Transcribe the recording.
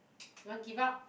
you want give up